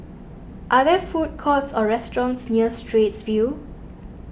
are there food courts or restaurants near Straits View